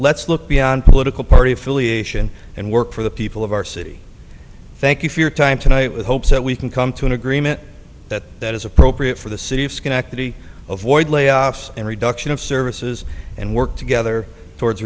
let's look beyond political party affiliation and work for the people of our city thank you for your time tonight we hope that we can come to an agreement that it is appropriate for the city of schenectady avoid layoffs and reduction of services and work together towards